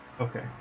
Okay